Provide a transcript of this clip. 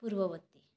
ପୂର୍ବବର୍ତ୍ତୀ